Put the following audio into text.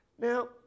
Now